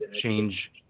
change